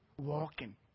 Walking